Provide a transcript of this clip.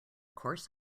course